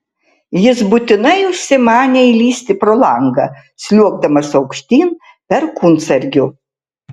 jis būtinai užsimanė įlįsti pro langą sliuogdamas aukštyn perkūnsargiu